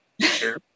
Sure